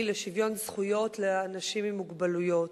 לשוויון זכויות לאנשים עם מוגבלויות.